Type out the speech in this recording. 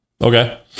Okay